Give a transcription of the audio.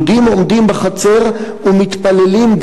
יהודים עומדים בחצר ומתפללים,